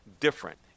different